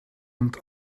het